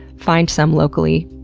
find some locally,